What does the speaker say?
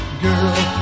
girl